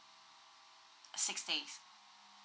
six days